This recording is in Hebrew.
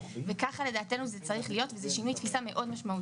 וככה לדעתנו זה צריך להיות וזה שינוי תפיסה מאוד משמעותי.